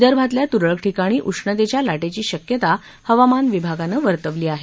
विदर्भातल्या त्रळक ठिकाणी उष्णतेच्या लाटेची शक्यता हवामान विभागानं वर्तवली आहे